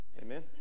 Amen